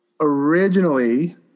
Originally